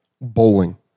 bowling